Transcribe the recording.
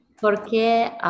Porque